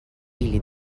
ili